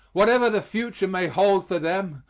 whatever the future may hold for them,